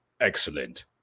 Excellent